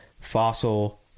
fossil